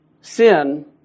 sin